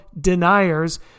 deniers